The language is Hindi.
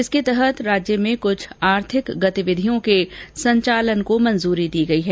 इसके तहत प्रदेश में कुछ आर्थिक गतिविधियां के संचालन को मंजूरी दी गई है